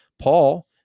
Paul